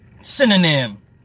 synonym